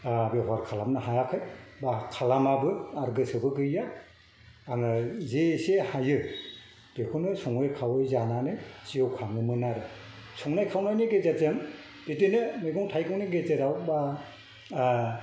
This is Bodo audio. जगार खालामनो हायाखै बा खालामाबो आरो गोसोबो गैया आङो जे एसे हायो बेखौनो सङै खावै जानानै जिउ खाङोमोन आरो संनाय खावनायनि गेजेरजों बिदिनो मैगं थाइगंनि गेजेराव बा